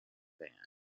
ban